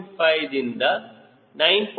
5 ರಿಂದ 9